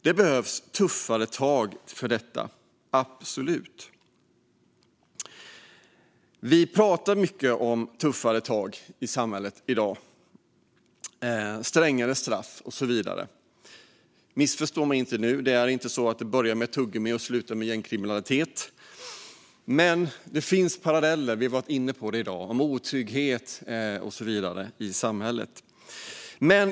Det behövs tuffare tag för detta, absolut. Vi talar i dag i samhället mycket om tuffare tag, strängare straff och så vidare. Missförstå mig inte nu. Det är inte så att det börjar ett tuggummi och slutar med gängkriminalitet, men det finns paralleller. Vi har varit inne på det i dag. Det handlar om otrygghet och så vidare i samhället.